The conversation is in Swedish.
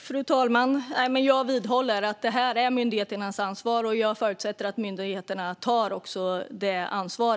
Fru talman! Jag vidhåller att detta är myndigheternas ansvar, och jag förutsätter att myndigheterna tar detta ansvar.